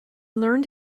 learned